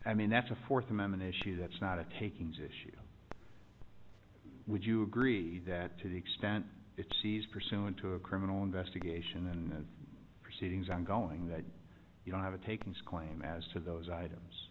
i mean that's a fourth amendment issue that's not a takings issue would you agree that to the extent it sees pursuant to a criminal investigation and proceedings ongoing that you don't have a takings claim as to those items